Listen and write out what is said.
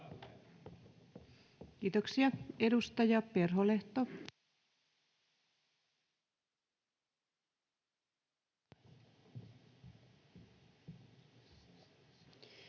Kiitoksia. — Edustaja Perholehto.